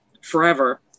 forever